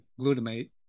glutamate